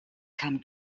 come